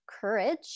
courage